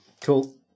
Cool